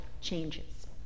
changes